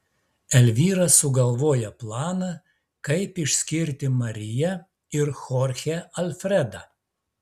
elvyra sugalvoja planą kaip išskirti mariją ir chorchę alfredą